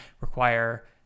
require